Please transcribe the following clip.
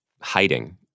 hiding